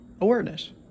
awareness